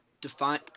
define